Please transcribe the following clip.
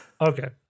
Okay